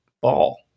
ball